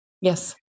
Yes